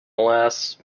last